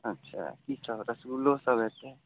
अच्छा की सभ रसगुल्लो सभ हेतै